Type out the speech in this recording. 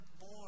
more